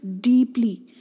deeply